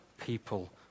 people